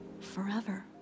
Forever